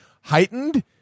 heightened